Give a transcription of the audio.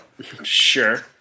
Sure